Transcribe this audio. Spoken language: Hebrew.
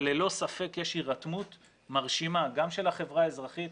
אבל ללא ספק יש הירתמות מרשימה של החברה האזרחית,